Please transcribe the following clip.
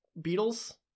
beatles